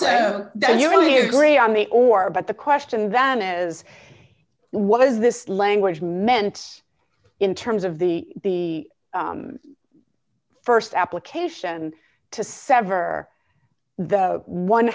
do you really agree on the or about the question then is what is this language meant in terms of the first application to sever the one